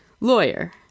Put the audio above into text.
lawyer